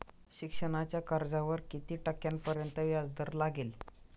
शिक्षणाच्या कर्जावर किती टक्क्यांपर्यंत व्याजदर लागेल?